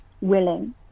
willing